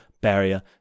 barrier